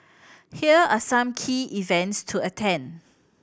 here are some key events to attend